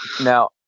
Now